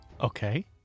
Okay